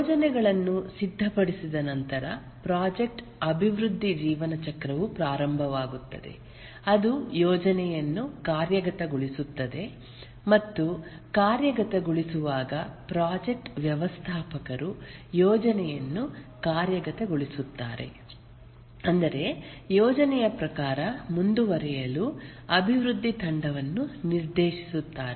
ಯೋಜನೆಗಳನ್ನು ಸಿದ್ಧಪಡಿಸಿದ ನಂತರ ಪ್ರಾಜೆಕ್ಟ್ ಅಭಿವೃದ್ಧಿ ಜೀವನಚಕ್ರವು ಪ್ರಾರಂಭವಾಗುತ್ತದೆ ಅದು ಯೋಜನೆಯನ್ನು ಕಾರ್ಯಗತಗೊಳಿಸುತ್ತದೆ ಮತ್ತು ಕಾರ್ಯಗತಗೊಳಿಸುವಾಗ ಪ್ರಾಜೆಕ್ಟ್ ವ್ಯವಸ್ಥಾಪಕರು ಯೋಜನೆಯನ್ನು ಕಾರ್ಯಗತಗೊಳಿಸುತ್ತಾರೆ ಅಂದರೆ ಯೋಜನೆಯ ಪ್ರಕಾರ ಮುಂದುವರಿಯಲು ಅಭಿವೃದ್ಧಿ ತಂಡವನ್ನು ನಿರ್ದೇಶಿಸುತ್ತಾರೆ